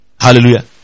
Hallelujah